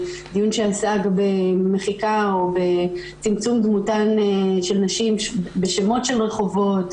דיון שעסק במחיקה או בצמצום דמותן של נשים בשמות של רחובות,